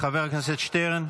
חבר הכנסת שטרן,